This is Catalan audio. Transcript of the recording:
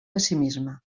pessimisme